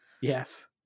Yes